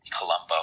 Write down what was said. Colombo